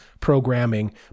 programming